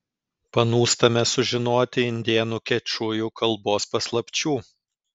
panūstame sužinoti indėnų kečujų kalbos paslapčių